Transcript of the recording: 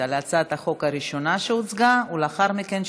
על הצעת החוק הראשונה שהוצגה ולאחר מכן,